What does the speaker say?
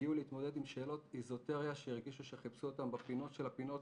הגיעו להתמודד עם שאלות איזוטריה שהרגישו שחיפשו אותם בפינות של הפינות,